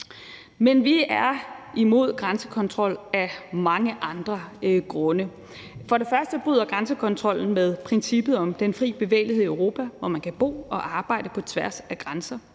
Vi er imod grænsekontrol af mange andre grunde. For det første bryder grænsekontrollen med princippet om den fri bevægelighed i Europa, hvor man kan bo og arbejde på tværs af grænser.